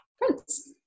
prince